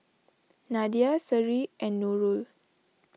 Nadia Seri and Nurul